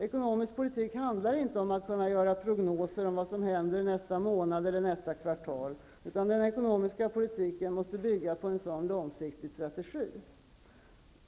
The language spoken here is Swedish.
Ekonomisk politik handlar inte om att kunna göra prognoser om vad som händer nästa månad eller nästa kvartal. Den ekonomiska politiken måste bygga på en långsiktig strategi.